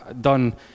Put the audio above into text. done